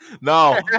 No